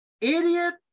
idiot